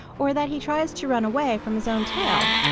or that he tries to run away from his own tail.